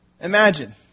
Imagine